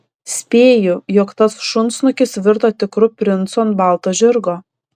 spėju jog tas šunsnukis virto tikru princu ant balto žirgo